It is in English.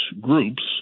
groups